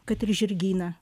kad ir žirgyną